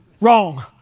Wrong